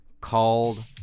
called